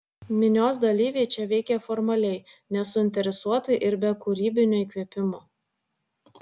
minios dalyviai čia veikė formaliai nesuinteresuotai ir be kūrybinio įkvėpimo